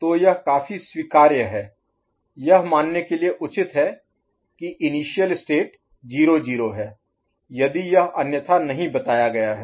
तो यह काफी स्वीकार्य है यह मानने के लिए उचित है कि इनिशियल स्टेट 0 0 है यदि यह अन्यथा नहीं बताया गया है